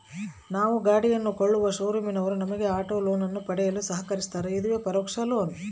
ನಾವು ಗಾಡಿಯನ್ನು ಕೊಳ್ಳುವ ಶೋರೂಮಿನವರು ನಮಗೆ ಆಟೋ ಲೋನನ್ನು ಪಡೆಯಲು ಸಹಕರಿಸ್ತಾರ, ಇದುವೇ ಪರೋಕ್ಷ ಲೋನ್